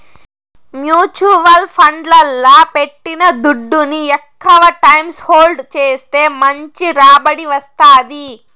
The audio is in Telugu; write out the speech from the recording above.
మ్యూచువల్ ఫండ్లల్ల పెట్టిన దుడ్డుని ఎక్కవ టైం హోల్డ్ చేస్తే మంచి రాబడి వస్తాది